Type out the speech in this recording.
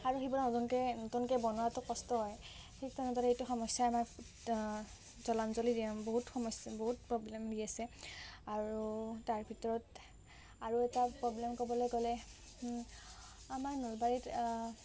আৰু সেইবোৰো নতুনকে নতুকে বনোৱাটো কষ্ট হয় ঠিক তেনেদৰে এইটো সমস্যাই আমাক জলাঞ্জলি দিয়ে বহুত সমস্যা বহুত প্ৰব্লেম দি আছে আৰু তাৰ ভিতৰত আৰু এটা প্ৰব্লেম ক'বলৈ গ'লে আমাৰ নলবাৰীত